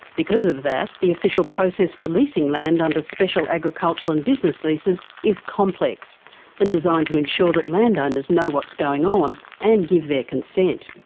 because of that, the official process for leasing land under special agricultural and business leases is complex and designed to ensure that landowners know what's going on and give their consent.